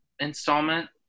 Installment